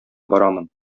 барамын